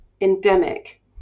endemic